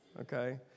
okay